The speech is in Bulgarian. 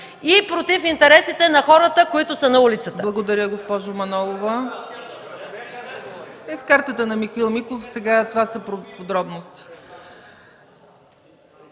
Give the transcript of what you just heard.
против интересите на хората, които са на улицата.